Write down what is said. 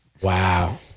Wow